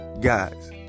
Guys